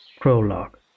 Prologue